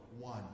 one